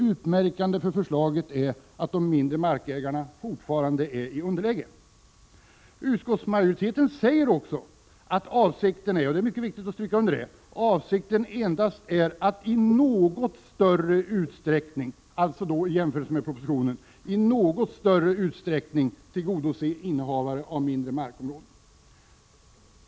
Utmärkande för förslaget är att de mindre markägarna fortfarande kommer att vara i underläge. Det är viktigt att understryka vad utskottsmajoriteten säger på den här punkten, nämligen att avsikten är att i något större utsträckning — således i jämförelse med propositionens förslag — tillgodose innehavare av mindre markområden.